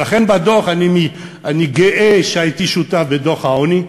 ולכן, בדוח, אני גאה שהייתי שותף לדוח העוני.